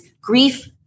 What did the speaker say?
grief